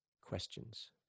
questions